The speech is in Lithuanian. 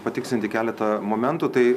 patikslinti keletą momentų tai